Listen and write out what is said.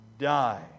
die